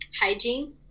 Hygiene